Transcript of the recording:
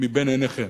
מבין עיניכם.